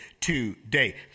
today